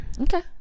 Okay